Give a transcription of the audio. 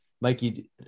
Mikey